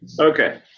Okay